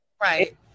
right